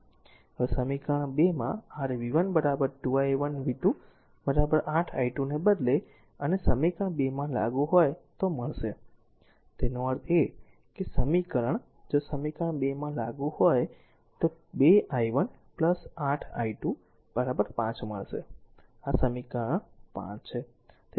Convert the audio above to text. હવે સમીકરણ 2 માં r v 1 2 i1 v 2 8 i2 ને બદલે અને સમીકરણ 2 માં લાગુ હોય તો મળશે તેનો અર્થ એ છે કે આ સમીકરણ જો સમીકરણ 2 માં લાગુ હોય તો 2 i1 8 i2 5 મળશે આ સમીકરણ 5